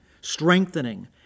strengthening